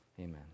amen